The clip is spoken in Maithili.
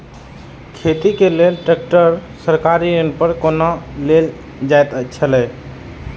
खेती के लेल ट्रेक्टर सरकारी ऋण पर कोना लेल जायत छल?